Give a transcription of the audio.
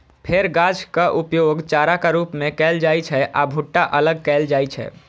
फेर गाछक उपयोग चाराक रूप मे कैल जाइ छै आ भुट्टा अलग कैल जाइ छै